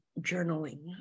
journaling